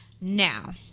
Now